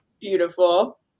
beautiful